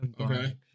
Okay